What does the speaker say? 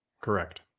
Correct